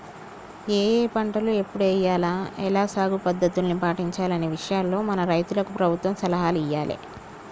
ఏఏ పంటలు ఎప్పుడు ఎయ్యాల, ఎలా సాగు పద్ధతుల్ని పాటించాలనే విషయాల్లో మన రైతులకు ప్రభుత్వం సలహాలు ఇయ్యాలే